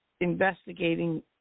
investigating